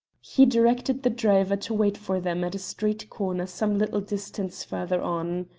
he directed the driver to wait for them at a street corner some little distance further on.